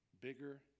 bigger